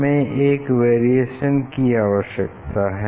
हमें एक वेरिएशन की आवश्यकता है